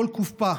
כל קופה,